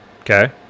okay